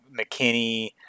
McKinney